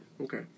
Okay